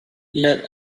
yet